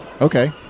Okay